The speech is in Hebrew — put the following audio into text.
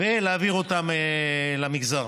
ולהעביר אותם למגזר.